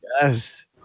Yes